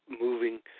moving